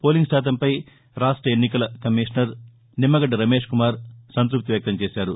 polling శాతంపై రాష్ట ఎన్నికల కమిషనర్ నిమ్మగడ్డ రమేష్ ట్లాల్ల కుమార్ సంత్పప్తి వ్యక్తం చేశారు